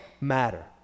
matter